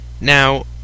Now